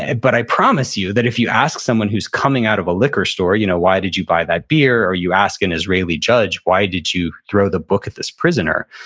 but i promise you that if you ask someone who's coming out of a liquor store, you know why did you buy that beer? or you ask an israeli judge, why did you throw the book at this prisoner?